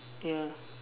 ya